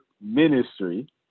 ministry